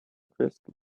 crystal